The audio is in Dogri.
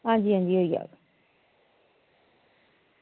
आं जी आं जी होई जाह्ग